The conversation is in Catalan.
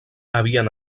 havien